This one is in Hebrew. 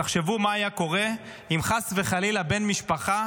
תחשבו מה היה קורה אם חס וחלילה בן משפחה